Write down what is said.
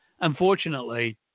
Unfortunately